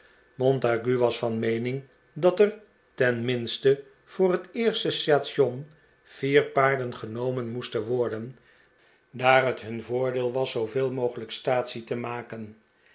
montague was van meening dat er tenminste voor het eerste station vier paarden genomen moesten worden daar het hun voordeel was zooveel mogelijk staatsie voorbereidingen voor een aangename reis te maken